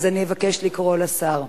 אז אני אבקש לקרוא לשר.